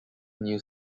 new